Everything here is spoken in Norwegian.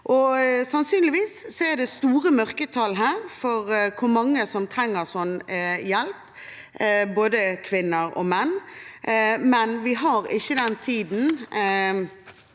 Sannsynligvis er det store mørketall når det gjelder hvor mange som trenger slik hjelp, både kvinner og menn. Men vi har ikke den tiden,